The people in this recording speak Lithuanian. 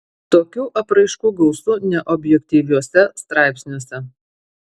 tokių apraiškų gausu neobjektyviuose straipsniuose